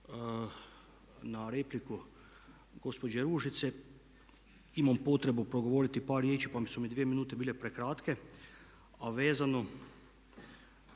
na repliku gospođe Ružice imam potrebu progovoriti par riječi pa su mi dvije minute bile prekratke a vezano